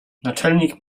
naczelnik